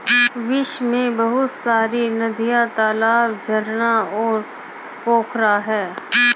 विश्व में बहुत सारी नदियां, तालाब, झरना और पोखरा है